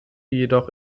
jedoch